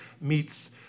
meets